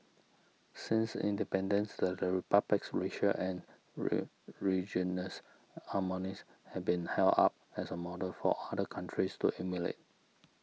since independence the Republic's racial and harmonies has been held up as a model for other countries to emulate